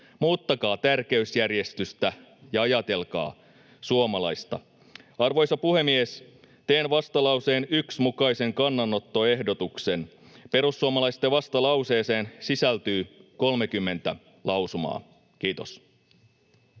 Muuttakaa tärkeysjärjestystä ja ajatelkaa suomalaista. Arvoisa puhemies! Teen vastalauseen 1 mukaisen kannanottoehdotuksen. Perussuomalaisten vastalauseeseen sisältyy 30 lausumaa. — Kiitos.